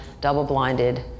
double-blinded